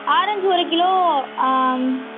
orange ஒரு kilo